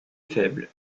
faible